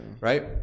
right